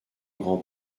grand